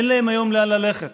אין להן היום לאן ללכת.